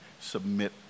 submit